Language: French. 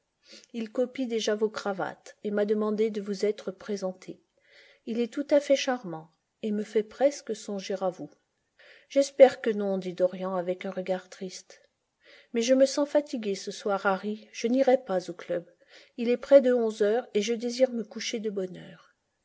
il copie déjà vos cravates et m'a demandé de vous être présenté il est tout à fait charmant et me fait presque songer à vous j'espère que non dit dorian avec un regard triste mais je me sens fatigué ce soir harry je n'irai pas au club il est près de onze heures et je désire me coucher de bonne heure